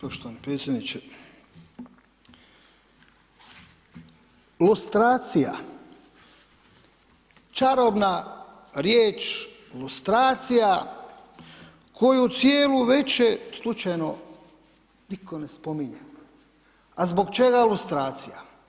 Poštovani predsjedniče, lustracija, čarobna riječ lustracija koju cijelu veče slučajno nitko ne spominje, a zbog čega lustracija?